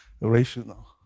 rational